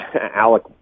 Alec